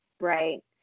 Right